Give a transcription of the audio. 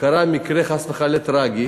וקרה מקרה, חס וחלילה, טרגי,